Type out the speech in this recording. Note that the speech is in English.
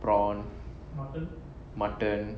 prawn mutton